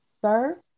Sir